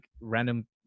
random